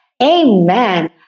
Amen